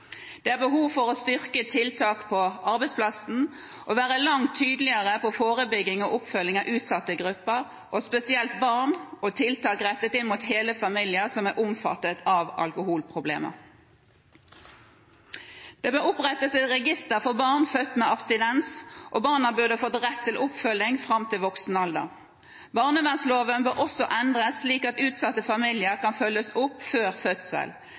Det er behov for å styrke tiltak på arbeidsplassene og være langt tydeligere på forebygging og oppfølging av utsatte grupper, spesielt barn, og tiltak rettet inn mot hele familier som er omfattet av alkoholproblemer. Det bør opprettes et register for barn født med abstinens, og barna bør få rett til oppfølging fram til voksen alder. Barnevernloven bør også endres slik at utsatte familier kan følges opp før fødsel.